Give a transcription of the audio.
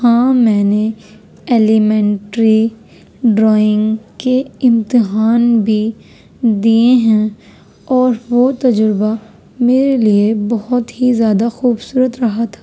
ہاں میں نے ایلیمنٹری ڈرائنگ کے امتحان بھی دئے ہیں اور وہ تجربہ میرے لیے بہت ہی زیادہ خوبصورت رہا تھا